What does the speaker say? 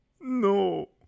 No